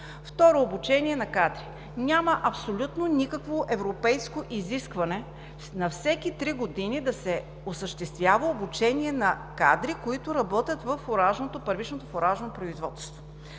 Второ, обучение на кадри. Няма абсолютно никакво европейско изискване на всеки три години да се осъществява обучение на кадри, които работят в първичното фуражно производство.